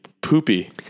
poopy